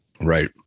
Right